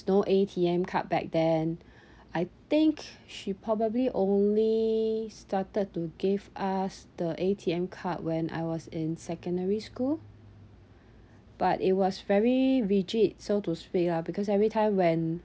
no A_T_M card back then I think she probably only started to give us the A_T_M card when I was in secondary school but it was very rigid so to speak lah because every time when